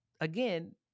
Again